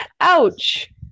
Ouch